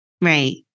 Right